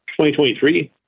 2023